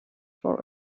for